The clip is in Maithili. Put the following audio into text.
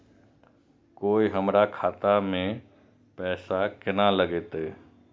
कोय हमरा खाता में पैसा केना लगते?